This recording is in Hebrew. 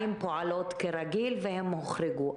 עדיין פועלות כרגיל, והן הוחרגו.